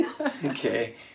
Okay